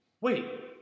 Wait